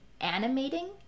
animating